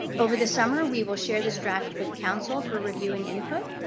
over the summer, we will share this draft with council for review and input.